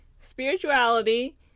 spirituality